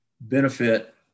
benefit